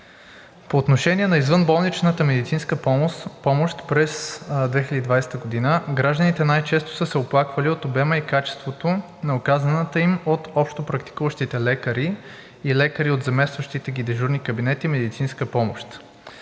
По отношение на извънболничната медицинска помощ през 2020 г. гражданите най-често са се оплаквали от обема и качеството на оказаната им от общопрактикуващите лекари или лекари от заместващите ги дежурни кабинети медицинска помощ.